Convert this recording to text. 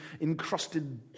encrusted